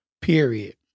period